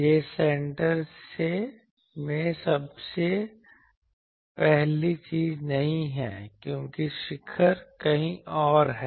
यह सेंटर में सबसे पहली चीज नहीं है क्योंकि शिखर कहीं और है